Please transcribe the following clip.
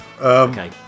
Okay